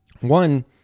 one